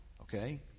okay